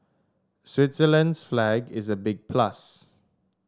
Switzerland's flag is a big plus